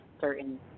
certain